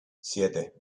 siete